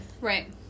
right